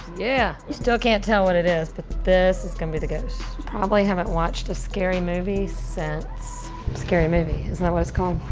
yeah! you still can't tell what it is, but this is gonna be the ghost. probably haven't watched a scary movie since scary movie, isn't that what it's called?